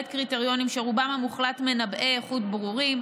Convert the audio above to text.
קריטריונים שרובם המוחלט מנבאי איכות ברורים.